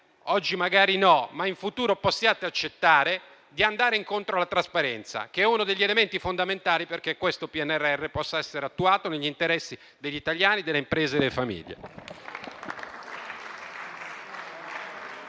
che magari non oggi, ma in futuro possiate accettare di andare incontro alla trasparenza, che è uno degli elementi fondamentali perché il PNRR possa essere attuato negli interessi degli italiani, delle imprese e delle famiglie.